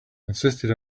insisted